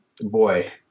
boy